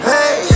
Hey